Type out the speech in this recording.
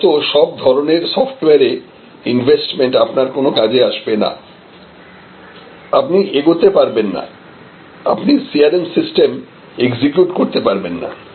নয়তো সব ধরনের সফটওয়্যারে ইনভেস্টমেন্ট আপনার কোন কাজে আসবে না আপনি এগোতে পারবেন না আপনি CRM সিস্টেম এক্সিকিউট করতে পারবেন না